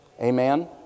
Amen